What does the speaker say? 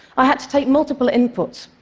i had to take multiple inputs,